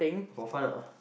for fun ah